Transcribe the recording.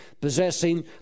possessing